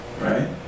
right